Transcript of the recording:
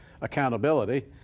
accountability